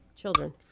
Children